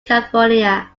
california